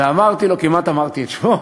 ואמרתי לו, כמעט אמרתי את שמו,